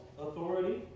authority